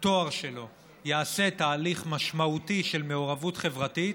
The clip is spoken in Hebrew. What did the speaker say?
התואר שלו יעשה תהליך משמעותי של מעורבות חברתית,